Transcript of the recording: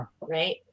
right